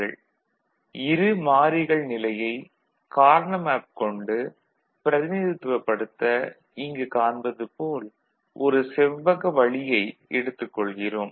Y FAB Σ m23 இரு மாறிகள் நிலையை கார்னா மேப் கொண்டு பிரதிநிதித்துவப்படுத்த இங்கு காண்பது போல் ஒரு செவ்வக வளியை எடுத்துக் கொள்கிறோம்